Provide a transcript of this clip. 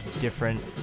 different